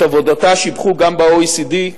את עבודתה שיבחו גם ב-OECD,